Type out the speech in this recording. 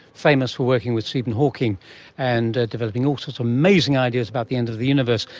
famous for working with stephen hawking and developing all sorts of amazing ideas about the end of the universe.